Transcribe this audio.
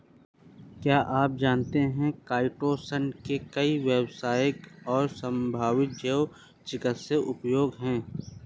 क्या आप जानते है काइटोसन के कई व्यावसायिक और संभावित जैव चिकित्सीय उपयोग हैं?